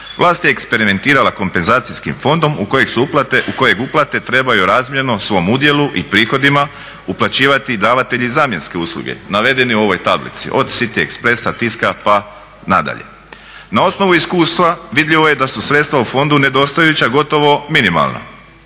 Vlast je eksperimentirala kompenzacijskim fondom u koje uplate trebaju razmjerno svom udjelu i prihodima uplaćivati davatelji zamjenske usluge, navedeni u ovoj tablici od City expressa, Tiska pa nadalje. Na osnovu iskustva vidljivo je da su sredstva u fondu nedostajuća gotovo minimalna,